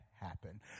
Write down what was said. happen